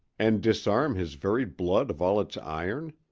and disarm his very blood of all its iron?